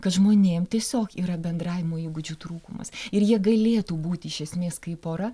kad žmonėm tiesiog yra bendravimo įgūdžių trūkumas ir jie galėtų būti iš esmės kaip pora